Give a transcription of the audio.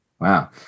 Wow